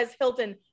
hilton